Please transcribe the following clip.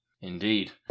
Indeed